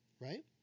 right